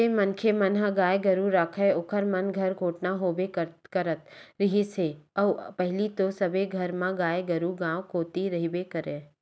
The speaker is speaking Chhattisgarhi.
जेन मनखे मन ह गाय गरु राखय ओखर मन घर कोटना होबे करत रिहिस हे अउ पहिली तो सबे घर म गाय गरु गाँव कोती रहिबे करय